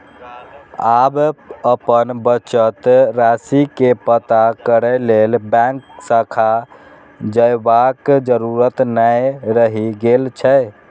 आब अपन बचत राशि के पता करै लेल बैंक शाखा जयबाक जरूरत नै रहि गेल छै